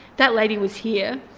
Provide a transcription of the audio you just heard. that lady was here.